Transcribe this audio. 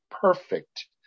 perfect